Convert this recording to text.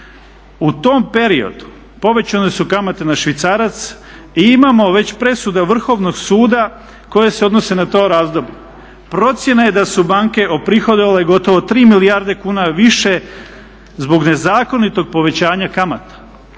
u tom periodu povećane su kamate na švicarac i imamo već presude Vrhovno suda koje se odnose na to razdoblje. Procjena je da su banke oprihodovale gotovo 3 milijarde kuna više zbog nezakonitog povećanja kamata.